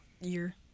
year